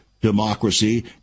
democracy